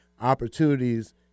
opportunities